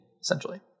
essentially